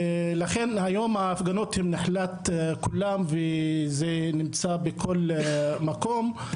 לכן היום ההפגנות הן נחלת כולם וזה נמצא בכל מקום.